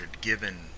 given